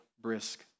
brisk